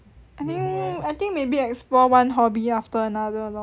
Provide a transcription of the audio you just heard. I think I think maybe explore one hobby after another lor